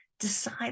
decide